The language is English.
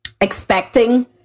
expecting